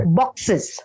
boxes